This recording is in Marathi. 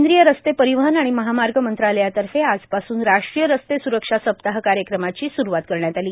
केंद्रीय रस्ते परिवहन आणि महामार्ग मंत्रालयातर्फे आजपासून राष्ट्रीय रस्ते सुरक्षा सप्ताह कार्यक्रमाची सुरूवात करण्यात आली